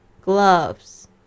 Gloves